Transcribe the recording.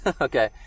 Okay